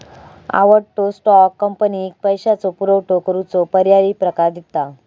आवडतो स्टॉक, कंपनीक पैशाचो पुरवठो करूचो पर्यायी प्रकार दिता